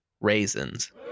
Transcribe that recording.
Raisins